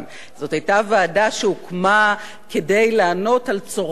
זו היתה ועדה שהוקמה כדי לענות על צורכי,